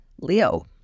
Leo